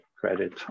credit